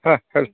ह हां